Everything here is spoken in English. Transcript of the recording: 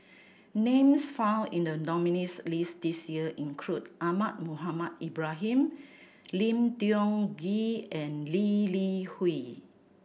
names found in the nominees' list this year include Ahmad Mohamed Ibrahim Lim Tiong Ghee and Lee Li Hui